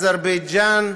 אזרבייג'ן,